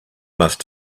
must